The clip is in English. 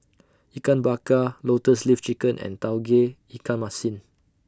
Ikan Bakar Lotus Leaf Chicken and Tauge Ikan Masin